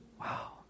Wow